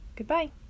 Goodbye